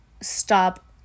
stop